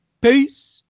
Peace